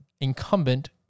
incumbent